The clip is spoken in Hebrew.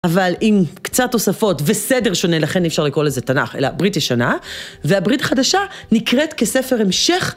אבל עם קצת הוספות וסדר שונה, לכן אי אפשר לקרוא לזה תנ״ך, אלא ברית ישנה והברית החדשה נקראת כספר המשך